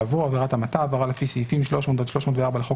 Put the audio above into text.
יבוא: "עבירת המתה" עבירה לפי סעיפים 300 עד 304 לחוק